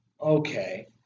okay